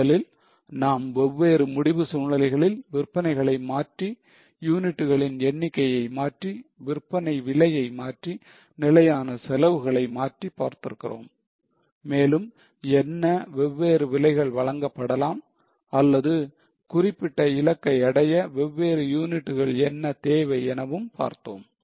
முதலில் நாம் வெவ்வேறு முடிவு சூழ்நிலைகளில் விற்பனைகளை மாற்றி யூனிட்டுகளின் எண்ணிக்கையை மாற்றி விற்பனை விலையை மாற்றி நிலையான செலவுகளை மாற்றிப் பார்த்திருக்கிறோம் மேலும் என்ன வெவ்வேறு விலைகள் வழங்கப்படலாம் அல்லது குறிப்பிட்ட இலக்கை அடைய வெவ்வேறு யூனிட்டுகள் என்ன தேவை எனவும் பார்த்தோம்